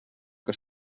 que